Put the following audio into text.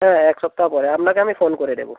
হ্যাঁ এক সপ্তাহ পরে আপনাকে আমি ফোন করে দেব